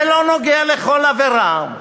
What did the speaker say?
זה לא נוגע לכל עבירה.